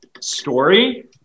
story